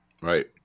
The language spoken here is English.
Right